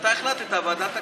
ואתה החלטת ועדת הכנסת.